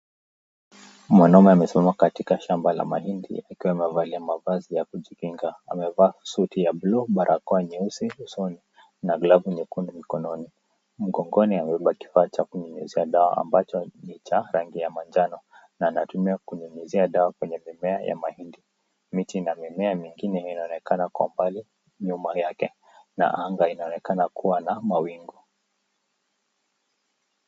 Mwanaume amesimama katika shamba la mahindi akiwa amevalia mavazi ya kujikinga , amevaa suti ya bluu, barakoa nyeusi usoni na glavu nyekundu mikononi , mgongoni amevaa kifaa cha kunyunyizia dawa ambacho ni cha rangi ya majano na anatumia kunyunyizia dawa kwenye mimea ya mahindi, miti na mimea mengine zinaonekana kwa umbali nyuma yake na anga inaonekana kuwa na mawingu.